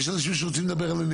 יש אנשים שרוצים לדבר על אנרגיה.